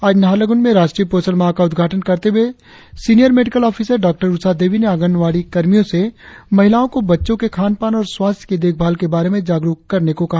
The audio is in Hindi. आज नाहरलगुन में राष्ट्रीय पोषण माह का उद्घाटन करते हुए सीनियर मेडिकल ऑफिसर डॉ उषा देवी ने आंगनवाड़ी कर्मियों से महिलाओं को बच्चों के खानपान और स्वास्थ्य की देखभाल के बारे में जागरुक करने को कहा